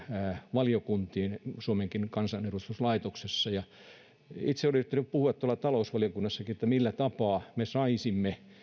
valiokuntiin suomenkin kansanedustuslaitoksessa itse olen yrittänyt puhua tuolla talousvaliokunnassakin että millä tapaa me saisimme